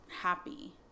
happy